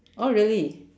oh really